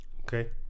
Okay